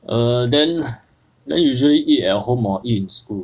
err then usually eat at home or eat in school